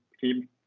team